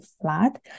flat